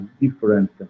different